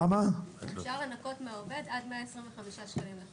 אפשר לנכות מהעובד עד 125 שקלים.